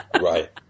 Right